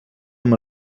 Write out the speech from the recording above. amb